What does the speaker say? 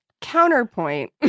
Counterpoint